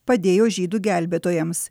padėjo žydų gelbėtojams